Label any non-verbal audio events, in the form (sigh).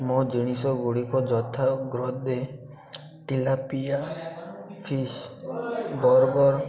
ମୋ ଜିନିଷଗୁଡ଼ିକ ଯଥା (unintelligible) ଟୀଲାପିଆ ଫିସ୍ ବର୍ଗର୍